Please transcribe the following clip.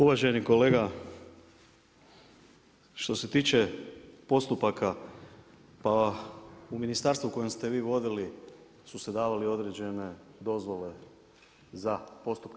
Uvaženi kolega, što se tiče postupaka, pa u ministarstvu koje ste vi vodili su se davale određene dozvole za postupke.